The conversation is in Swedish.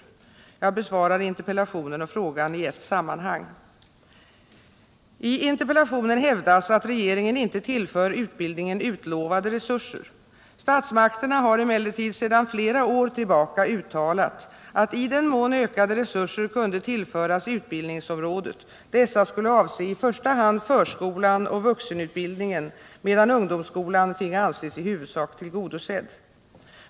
Jag besvarar interpellationen och frågan i ett sammanhang. I interpellationen hävdas att regeringen inte tillför utbildningen utlovade resurser. Statsmakterna har emellertid sedan flera år tillbaka uttalat att i den mån ökade resurser kunde tillföras utbildningsområdet, skulle dessa avse i första hand förskolan och vuxenutbildningen, medan ungdomsskolan finge anses i huvudsak tillgodosedd.